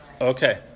Okay